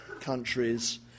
countries